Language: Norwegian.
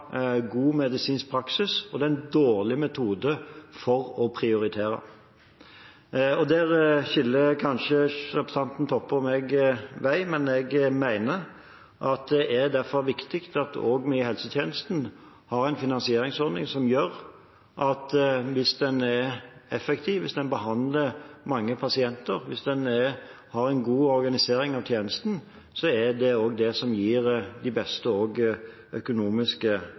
god medisinsk praksis og en dårlig metode for å prioritere. Der skilles kanskje representanten Toppes og mine veier, men jeg mener at det derfor er viktig at også vi i helsetjenesten har en finansieringsordning som gjør at hvis man er effektiv, hvis man behandler mange pasienter, hvis man har en god organisering av tjenesten, er det også det som gir de beste økonomiske